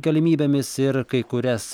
galimybėmis ir kai kurias